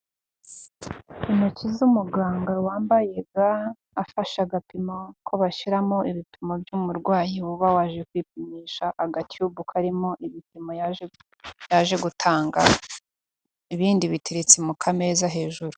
Intoki z'umuganga wambaye ga afashe agapima ko bashyiramo ibipimo by'umurwayi ubawaje kwipimisha agatiyubu karimo ibipimo yaje yaje gutanga ibindi biteretse mu kameza hejuru.